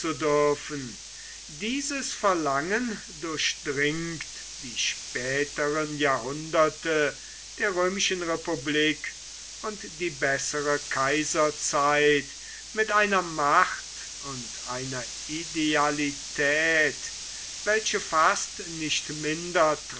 dürfen dieses verlangen durchdringt die späteren jahrhunderte der römischen republik und die bessere kaiserzeit mit einer macht und einer idealität welche fast nicht minder